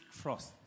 trust